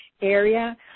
area